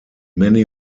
many